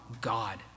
God